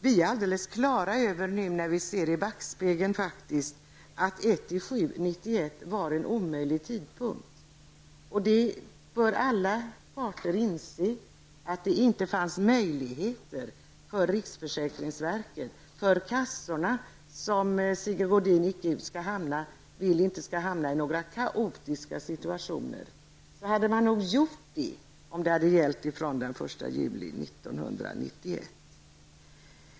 Nu när vi ser i backspegeln är vi alldeles klara över att den 1 juli 1991 var en omöjlig tidpunkt. Alla parter bör inse att det inte fanns möjligheter för riksförsäkringsverket och för kassorna att klara av detta. Sigge Godin vill inte att de skall hamna i någon kaotisk situation. Det hade man nog gjort om det hade gällt från den 1 juli 1991.